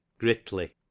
gritly